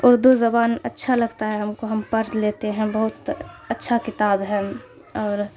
اردو زبان اچھا لگتا ہے ہم کو ہم پڑھ لیتے ہیں بہت اچھا کتاب ہے اور